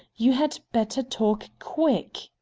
you had better talk quick!